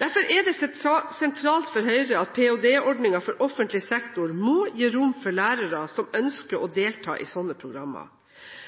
Derfor er det sentralt for Høyre at ph.d.-ordningen for offentlig sektor må gi rom for lærere som ønsker å delta i slike programmer.